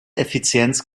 effizienz